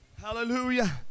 Hallelujah